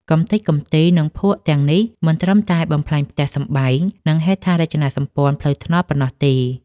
កម្ទេចកម្ទី និងភក់ទាំងនេះមិនត្រឹមតែបំផ្លាញផ្ទះសម្បែង និងហេដ្ឋារចនាសម្ព័ន្ធផ្លូវថ្នល់ប៉ុណ្ណោះទេ។